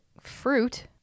fruit